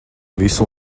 visu